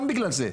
גם בגלל זה.